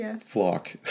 flock